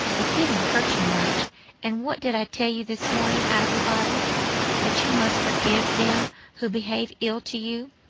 it didn't hurt you much and what did i tell you this morning out of the bible that you must forgive them who behave ill to you.